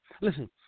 Listen